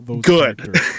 Good